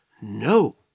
No